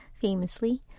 famously